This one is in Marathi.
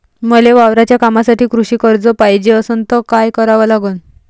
मले वावराच्या कामासाठी कृषी कर्ज पायजे असनं त काय कराव लागन?